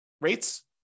rates